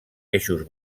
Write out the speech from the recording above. eixos